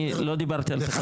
אני לא דיברתי על תקנון.